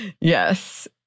Yes